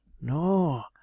no